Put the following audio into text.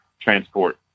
transport